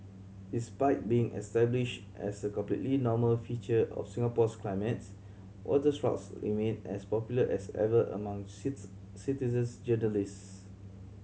despite being established as a completely normal feature of Singapore's climate waterspouts remain as popular as ever among citizen journalists